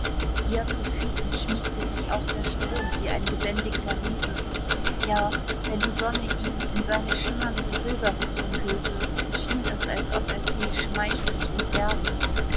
ihr zu füßen schmiegte sich auch der strom wie ein gebändigter riese ja wenn die sonne ihn in seine schimmernde silberrüstung hüllte schien es als ob er sie schmeichelnd umwerbe